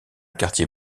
quartier